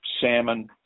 salmon